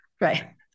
Right